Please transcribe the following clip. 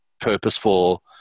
purposeful